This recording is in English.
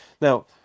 Now